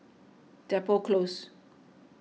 Depot Close